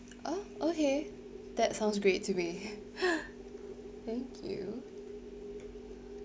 oh okay that sounds great to me thank you